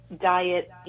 Diet